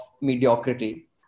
mediocrity